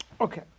Okay